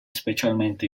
specialmente